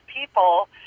people